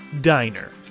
Diner